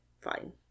fine